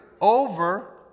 over